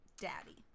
daddy